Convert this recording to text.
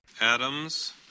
Adams